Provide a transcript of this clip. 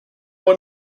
were